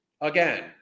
again